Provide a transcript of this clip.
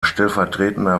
stellvertretender